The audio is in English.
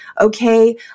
Okay